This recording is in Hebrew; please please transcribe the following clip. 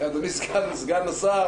אדוני סגן השר,